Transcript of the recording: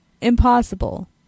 Impossible